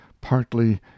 partly